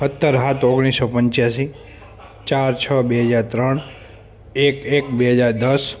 સત્તર સાત ઓગણીસ સો પંચાસી ચાર છ બે હજાર ત્રણ એક એક બે હજાર દસ